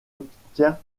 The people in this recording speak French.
obtient